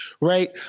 Right